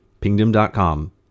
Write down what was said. Pingdom.com